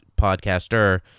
podcaster